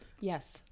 yes